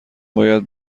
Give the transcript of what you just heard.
باید